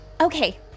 Okay